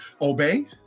Obey